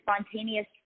spontaneous